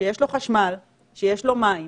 שיש לו חשמל, שיש לו מים.